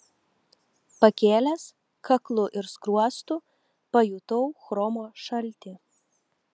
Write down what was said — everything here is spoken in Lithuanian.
pakėlęs kaklu ir skruostu pajutau chromo šaltį